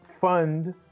fund